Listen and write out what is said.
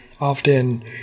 often